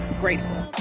grateful